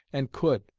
and could,